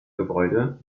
gebäude